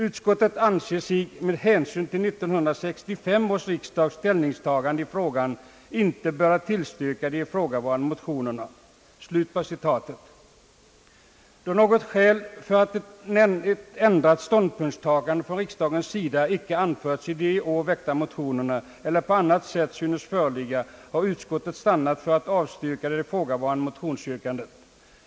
Utskottet anser sig med hänsyn till 1965 års riksdags ställningstagande i frågan inte böra tillstyrka de ifrågavarande motionerna.» Då något skäl för ett ändrat ståndpunktstagande från riksdagens sida icke anförts i de i år väckta motionerna eller på annat sätt synes föreligga, har utskottet stannat för att avstyrka det ifrågavarande <motionsyrkandet.